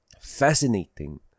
fascinating